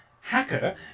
hacker